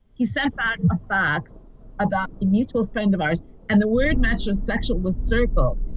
he sent back a fax about a mutual friend of ours and the weird macho sexual will circle.